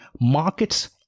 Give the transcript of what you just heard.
markets